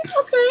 Okay